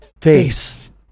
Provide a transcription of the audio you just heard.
face